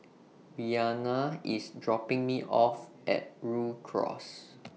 Rianna IS dropping Me off At Rhu Cross